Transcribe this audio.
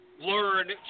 Learn